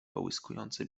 połyskujące